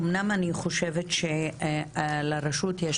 אני חושבת שלרשות יש